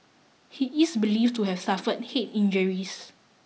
he is believed to have suffered head injuries